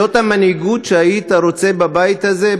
זו המנהיגות שהיית רוצה בבית הזה?